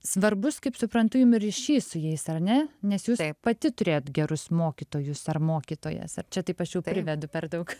svarbus kaip suprantu jum ryšys su jais ar ne nes jūs pati turėjot gerus mokytojus ar mokytojas ar čia taip aš jau vedu per daug